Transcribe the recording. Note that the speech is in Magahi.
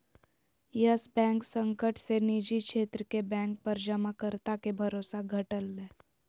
यस बैंक संकट से निजी क्षेत्र के बैंक पर जमाकर्ता के भरोसा घटलय